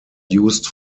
used